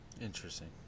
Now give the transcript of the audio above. Interesting